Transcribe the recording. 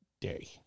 day